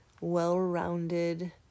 well-rounded